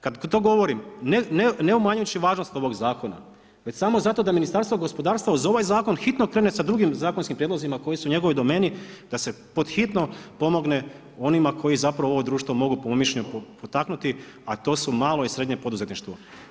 Kada to govorim, ne umanjujući važnost ovog zakona već samo zato da Ministarstvo gospodarstva uz ovaj zakon hitno krene sa drugim zakonskim prijedlozima koji su u njegovoj domeni da se pod hitno pomogne onima koji ovo društvo po mom mišljenju potaknuti, a to su male i srednje poduzetništvo.